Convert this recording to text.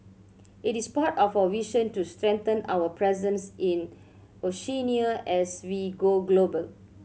it is part of our vision to strengthen our presence in Oceania as we go global